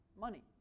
money